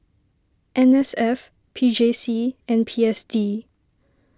N S F P J C and P S D